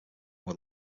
were